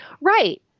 Right